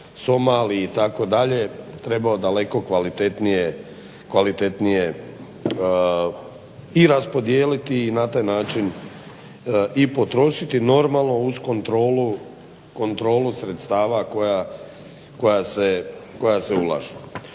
i potrošiti normalno uz kontrolu sredstava koja se ulažu.